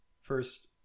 First